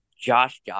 Josh